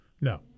No